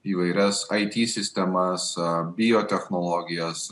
įvairias it sistemas biotechnologijas